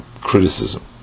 criticism